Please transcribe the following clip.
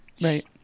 Right